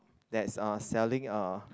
that's uh selling a